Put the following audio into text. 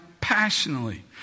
passionately